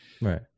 Right